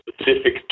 specific